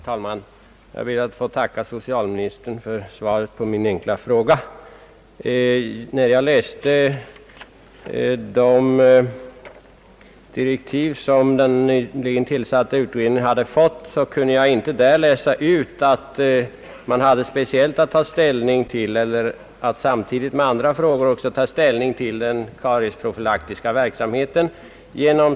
Herr talman! Jag ber att få tacka socialministern för svaret på min enkla fråga. När jag läste de direktiv som den nyligen tillsatta utredningen hade fått, kunde jag inte finna att man speciellt eller samtidigt med behandlingen av andra frågor också hade att ta ställning till den kariesprofylaktiska verksamheten.